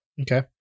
Okay